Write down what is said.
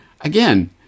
Again